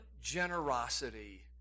generosity